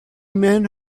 men